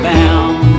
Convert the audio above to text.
Bound